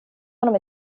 honom